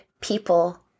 people